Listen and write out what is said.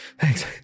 thanks